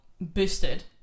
boosted